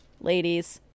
ladies